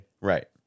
right